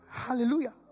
hallelujah